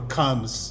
comes